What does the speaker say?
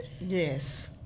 Yes